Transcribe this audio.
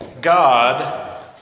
God